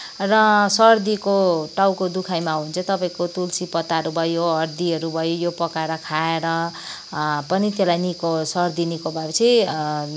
र सर्दीको टाउको दुखाइमा हो भने चाहिँ तपाईँको तुलसी पत्ताहरू भयो हर्दीहरू भयो यो पकाएर खाएर पनि त्यसलाई निको सर्दी निको सर्दी निको भएपछि